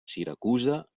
siracusa